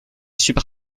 super